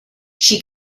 she